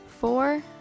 four